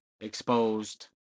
exposed